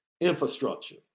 Infrastructure